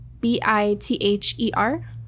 B-I-T-H-E-R